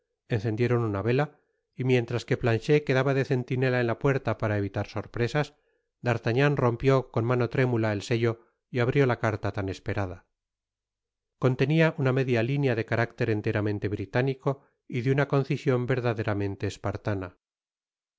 encendieron una vela y mientras que planchet quedaba de centinela en la puerta para evitar sorpresas d'artagnan rompió con mano trémula el sello y abrió la carta tan esperada contenia una media linea de carácter enteramente británico y de una concision verdaderamente espartana